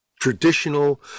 traditional